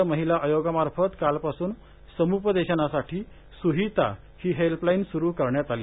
राज्य महिला आयोगामार्फत काल पासून समुपदेशनासाठी सुहिता ही हेल्पलाईन सुरू करण्यात आली